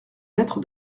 lettre